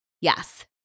yes